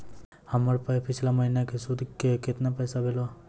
हमर पिछला महीने के सुध के केतना पैसा भेलौ?